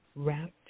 wrapped